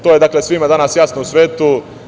To je, dakle, svima danas jasno u svetu.